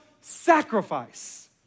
sacrifice